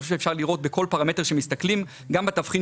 אני חושב שאפשר לראות בכל פרמטר שמסתכלים גם בתבחין